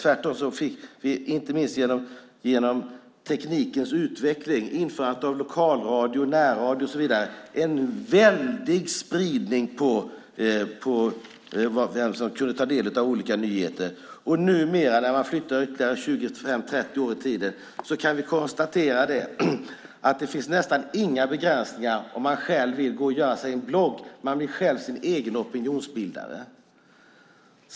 Tvärtom fick vi, inte minst genom teknikens utveckling och införandet av lokalradio, närradio och så vidare, en väldig spridning av dem som kunde ta del av olika nyheter. Numera, om vi flyttar ytterligare 25-30 år i tiden, kan vi konstatera att det nästan inte finns några begränsningar om man själv vill göra sig en blogg. Man blir sin egen opinionsbildare.